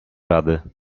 rady